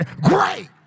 great